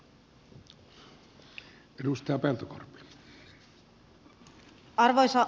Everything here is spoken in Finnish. arvoisa puhemies